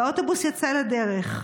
והאוטובוס יצא לדרך.